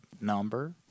number